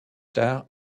tard